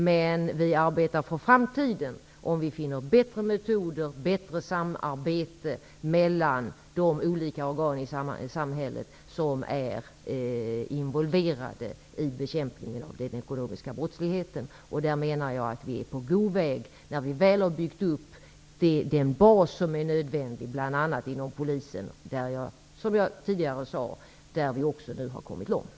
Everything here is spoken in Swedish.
Men vi arbetar för framtiden om vi finner på bättre samarbetsformer mellan de olika organen i samhället som är involverade i bekämpningen av den ekonomiska brottsligheten. Jag menar att vi är på god väg när vi väl har byggt upp den bas som är nödvändig, bl.a. inom polisen. Som jag sade tidigare har vi kommit långt.